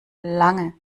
lange